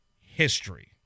history